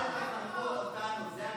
אל תחנכו אותנו.